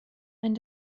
ein